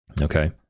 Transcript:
Okay